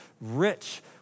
rich